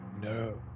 No